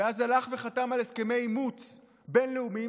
ואז הלך וחתם על הסכמי אימוץ בין-לאומיים